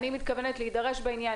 אני מתכוונת להידרש בעניין,